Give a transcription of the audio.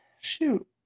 shoot